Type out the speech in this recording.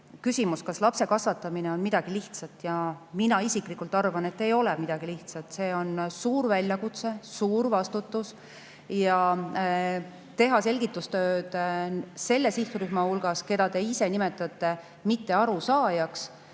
küsimus: kas lapse kasvatamine on midagi lihtsat? Mina isiklikult arvan, et see ei ole midagi lihtsat, see on suur väljakutse, suur vastutus. Teha selgitustööd selle sihtrühma hulgas, keda te ise nimetate mittearusaajaks